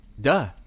duh